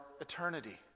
eternity